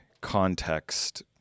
context